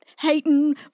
hating